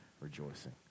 rejoicing